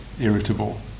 irritable